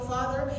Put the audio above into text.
Father